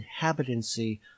inhabitancy